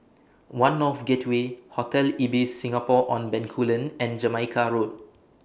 one North Gateway Hotel Ibis Singapore on Bencoolen and Jamaica Road